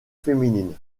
féminine